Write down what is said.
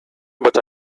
but